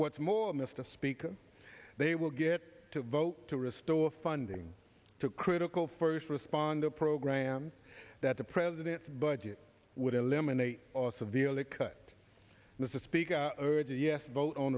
what's more mr speaker they will get to vote to restore funding to critical first responder programs that the president's budget would eliminate or severely cut